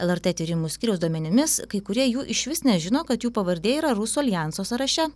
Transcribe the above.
lrt tyrimų skyriaus duomenimis kai kurie jų išvis nežino kad jų pavardė yra rusų aljanso sąraše